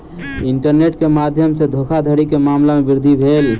internet के माध्यम सॅ धोखाधड़ी के मामला में वृद्धि भेल